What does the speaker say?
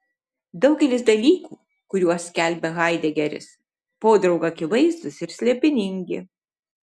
daugelis dalykų kuriuos skelbia haidegeris podraug akivaizdūs ir slėpiningi